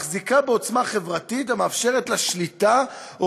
ומחזיקה בעוצמה חברתית המאפשרת לה שליטה או